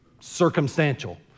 circumstantial